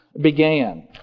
began